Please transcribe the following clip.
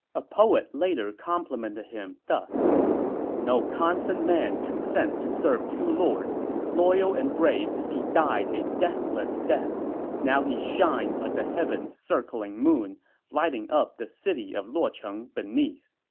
a poet later complimented him thus no constant man consents to serve two lords loyal and brave, he died a deathless death now he shines like the heavens' circling moon lighting up the city of luocheng beneath